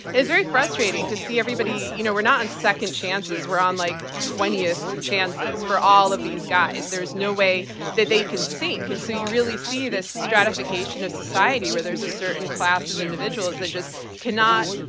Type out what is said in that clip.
it's very frustrating to see everybody. you know, we're not on second chances. we're on like twentieth chances for all of these guys. there's no way that they can sink. and so you really see this stratification of society where there's a certain class of individuals that just cannot,